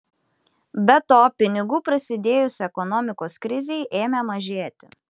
be to pinigų prasidėjus ekonomikos krizei ėmė mažėti